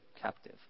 captive